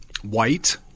white